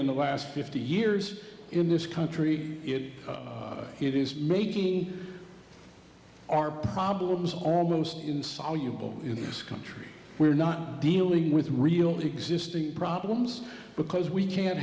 in the last fifty years in this country it it is making our problems almost insoluble in this country we're not dealing with real existing problems because we can't